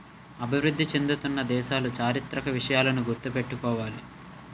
అభివృద్ధి చెందుతున్న దేశాలు చారిత్రక విషయాలను గుర్తు పెట్టుకోవాలి